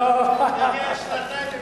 אנחנו נגיע לשנתיים,